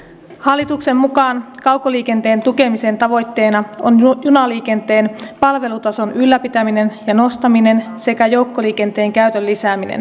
hallituksen mukaan kaukoliikenteen tukemisen tavoitteena on junaliikenteen palvelutason ylläpitäminen ja nostaminen sekä joukkoliikenteen käytön lisääminen